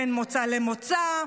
בין מוצא למוצא,